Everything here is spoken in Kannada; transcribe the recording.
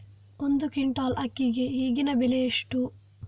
ಒಂದು ಕ್ವಿಂಟಾಲ್ ಅಕ್ಕಿಗೆ ಈಗಿನ ಬೆಲೆ ಎಷ್ಟು?